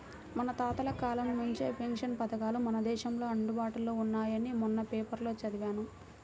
మన తాతల కాలం నుంచే పెన్షన్ పథకాలు మన దేశంలో అందుబాటులో ఉన్నాయని మొన్న పేపర్లో చదివాను